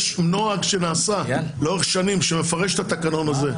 יש נוהג שנעשה לאורך שנים שמפרש את התקנון הזה.